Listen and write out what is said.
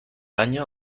año